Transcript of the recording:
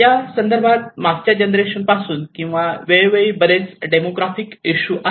या संदर्भात मागच्या जनरेशन पासून किंवा वेळोवेळी बरेच डेमोग्राफिक इशू आहेत